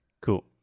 cool